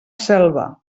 selva